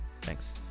Thanks